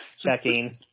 checking